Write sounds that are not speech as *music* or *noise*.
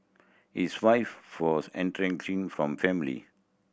his wife *unintelligible* from family